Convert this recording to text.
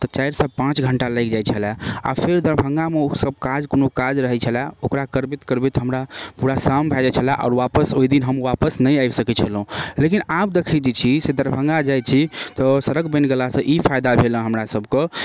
तऽ चारिसँ पाँच घण्टा लागि जाइ छलै आओर फेर दरभङ्गामे ओसब काज कोनो काज रहै छलै ओकरा करबैत करबैत हमरा पूरा शाम भऽ जाइ छलै आओर आपस ओहिदिन हम आपस नहि आबि सकै छलहुँ लेकिन आब देखै जे छी से दरभङ्गा जाइ छी तऽ सड़क बनि गेलासँ ई फाइदा भेल हँ हमरासभके